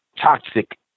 toxic